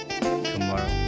tomorrow